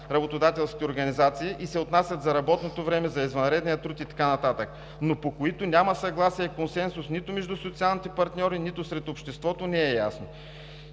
работодателските организации и се отнасят за работното време, за извънредния труд и така нататък, но по които няма съгласие и консенсус нито между социалните партньори, нито сред обществото? Не е ясно.